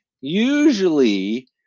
usually